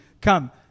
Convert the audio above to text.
come